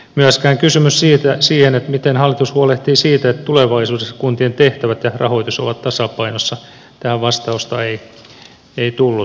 myöskään kysymykseen miten hallitus huolehtii siitä että tulevaisuudessa kuntien tehtävät ja rahoitus ovat tasapainossa ei vastausta tullut